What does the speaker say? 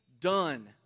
done